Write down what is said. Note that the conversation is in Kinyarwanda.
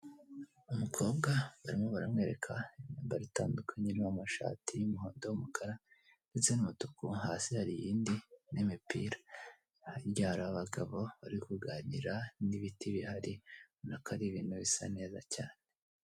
Umukobwa barimo baramwereka imyambaro itandukanye irimo amashati y'umuhondo, umukara ndetse n'umutuku, hasi hari iyindi n'imipira hirya hari abagabo bari kuganira, n'ibiti bihari bona ko ari ibintu bisa neza cyane.